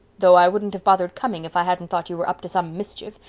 though i wouldn't have bothered coming if i hadn't thought you were up to some mischief.